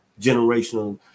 Generational